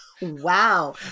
Wow